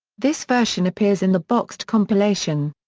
this version appears in the boxed compilation.